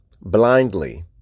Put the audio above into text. blindly